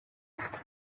ist